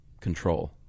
control